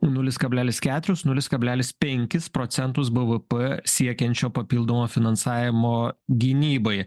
nulis kablelis keturis nulis kablelis penkis procentus b v p siekiančio papildomo finansavimo gynybai